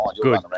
Good